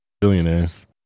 billionaires